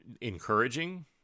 encouraging